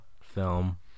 film